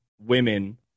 women